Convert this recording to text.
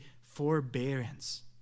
forbearance